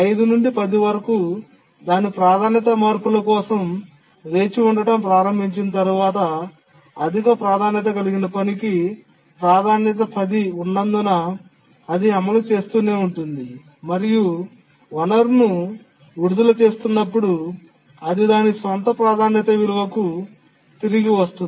5 నుండి 10 వరకు దాని ప్రాధాన్యత మార్పుల కోసం వేచి ఉండడం ప్రారంభించిన తర్వాత అధిక ప్రాధాన్యత కలిగిన పనికి ప్రాధాన్యత 10 ఉన్నందున అది అమలు చేస్తూనే ఉంటుంది మరియు వనరును విడుదల చేస్తున్నప్పుడు అది దాని స్వంత ప్రాధాన్యత విలువకు తిరిగి వస్తుంది